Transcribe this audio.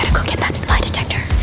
go get that lie detector.